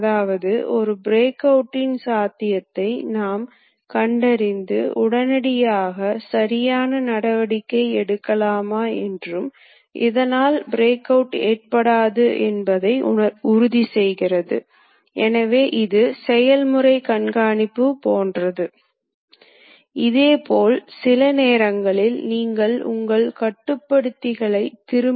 இங்கே ஒரு துளை துளைக்கவும் பின்னர் இங்கே ஒரு துளை பின்னர் இங்கே ஒரு துளை இங்கே மற்றும் இங்கே என சில புள்ளிகளைக் குறிப்பிடும்போது இயந்திரம் அந்தந்த புள்ளிகளில் சில செயல்பாடுகளைச் செய்யும் பின்னர் அடுத்த புள்ளிக்கு சென்று அதற்கு தொடர்புடைய செயல்பாட்டைச் செய்யும்